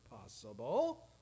possible